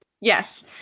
Yes